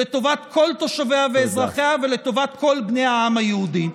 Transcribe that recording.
לטובת כל תושביה ואזרחיה ולטובת כל בני העם היהודי.